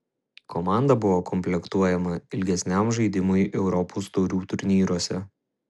komanda buvo komplektuojama ilgesniam žaidimui europos taurių turnyruose